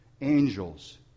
angels